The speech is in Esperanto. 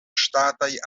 ŝtataj